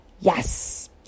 Yes